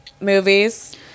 movies